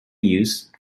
used